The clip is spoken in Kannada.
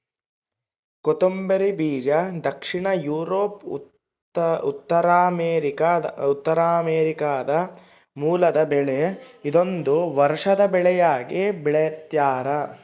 ಕೊತ್ತಂಬರಿ ಬೀಜ ದಕ್ಷಿಣ ಯೂರೋಪ್ ಉತ್ತರಾಮೆರಿಕಾದ ಮೂಲದ ಬೆಳೆ ಇದೊಂದು ವರ್ಷದ ಬೆಳೆಯಾಗಿ ಬೆಳ್ತ್ಯಾರ